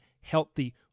healthy